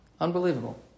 Unbelievable